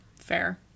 Fair